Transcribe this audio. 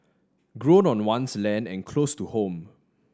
grown on one's land and close to home